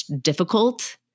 difficult